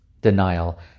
Denial